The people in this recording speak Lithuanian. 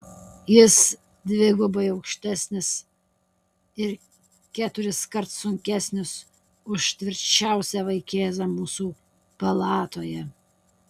jis dvigubai aukštesnis ir keturiskart sunkesnis už tvirčiausią vaikėzą mūsų palatoje